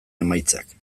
emaitzak